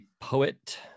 poet